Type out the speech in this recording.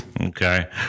Okay